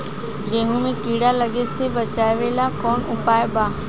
गेहूँ मे कीड़ा लागे से बचावेला कौन उपाय बा?